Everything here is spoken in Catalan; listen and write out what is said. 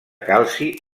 calci